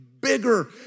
bigger